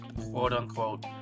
quote-unquote